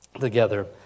together